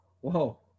whoa